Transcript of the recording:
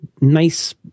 nice